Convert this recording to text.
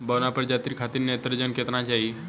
बौना प्रजाति खातिर नेत्रजन केतना चाही?